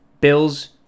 Bills